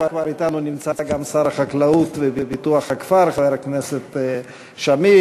כבר נמצא אתנו גם שר החקלאות ופיתוח הכפר חבר הכנסת שמיר,